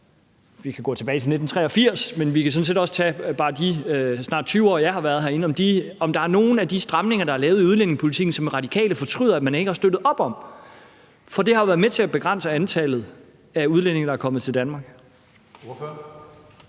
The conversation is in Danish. vi kan gå tilbage til 1983, men vi kan sådan set også tage de bare snart 20 år, jeg har været herinde – om der er nogen af de stramninger, der er lavet i udlændingepolitikken, som Radikale fortryder at man ikke har støttet op om? For det har været med til at begrænse antallet af udlændinge, der er kommet til Danmark.